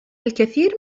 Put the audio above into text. الكثير